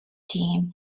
team